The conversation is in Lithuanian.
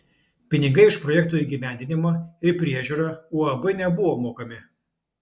pinigai už projekto įgyvendinimą ir priežiūrą uab nebuvo mokami